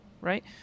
right